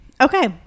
Okay